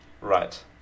Right